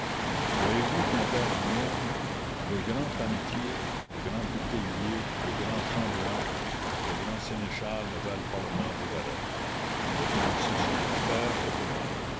voyez-vous compère guillaume le grand panetier le grand bouteillier le grand chambellan le grand sénéchal ne valent pas le moindre valet retenez ceci